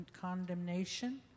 condemnation